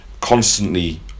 constantly